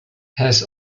has